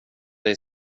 dig